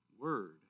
word